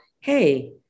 hey